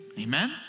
Amen